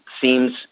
seems